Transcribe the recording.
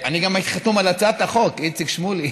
גם אני הייתי חתום על הצעת החוק, איציק שמולי.